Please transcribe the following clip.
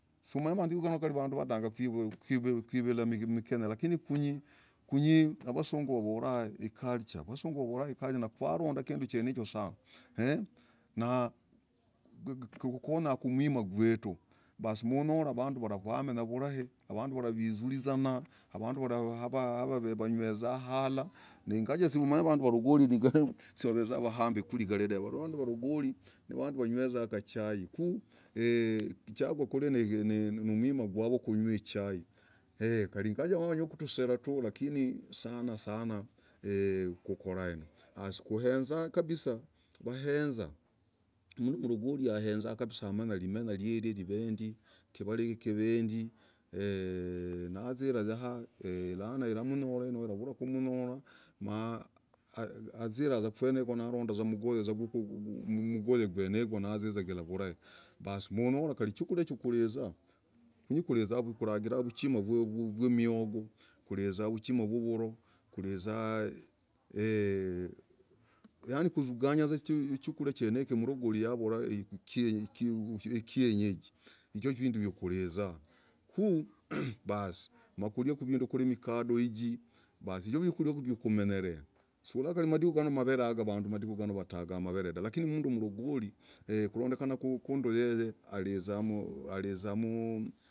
Sumanyimadikuuganoo, kuvukah kwivulah. mikenyah, lakini kwinyii, kwinyii wasunguu wavolah, i culture, wasunguu, nikwalondah kinduu ichoo sanaa. mmm. ee kwiri konyahku gwimah gwetu,, eee kwakunyahku gwimah gwetu noshah vanduu waivurinzana vanduu havah wanywezah halah niii. ngajah vanduu waragoli hahahaha. wevezaa wahambii kwiri. eeeee, vanduu waragoli wanywezah i chai ku chakuriah nigumimah kwavoo kunywah ichai, eeeee. ingawajah wenywezaku tuserah tuu lakini sanaa sanah saana ukorah kii hasii vaezaa mnduu mlogoli haezaa kabisa vanduu waragoli niwanduu wanywezah kachai ku, eeeee chakukor mmmm, nimwimah gwaoo kunyuwa ichai lakini wanywahku vuserah tuu lakini sasa kukor ndiii kusana sana vaezah mnduu mlogoli haezaa mnduu mlogoli haezaa kabisa umanye kivarah kivendii naizilah hayaah laanah ilamunyolah no. ilavulah, kumnyolah, nazirah kwenegwo nalondah mg gweneugwoo na nazizigirah vulai basii nonyolah chukuria kulizaa kunyii kulizaaku kuragilah vuchimah yamigoo kuragilah vuchimah yavuloo yani eeeee. kuvukanyah vuzaaa zuguzah chukuria cheneicho mlogoli avalah. eeeee. chehenyejii nichoo kinduu kulizaa, ku. aaaaaa. mmm. eeee. basi lakulia kindu kama mikadoo. hiki ku, kulie kumenyer. mandikuganoo vanduu watagah maver dahv lakini umnduu mlogoli alizammmm, alizammmm, alizammmm.